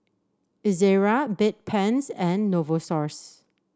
Ezerra Bedpans and Novosource